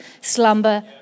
slumber